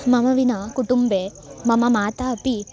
मां विना कुटुम्बे मम माता अपि